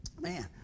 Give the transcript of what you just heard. Man